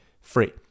free